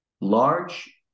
Large